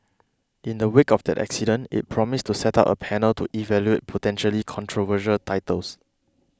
in the wake of that incident it promised to set up a panel to evaluate potentially controversial titles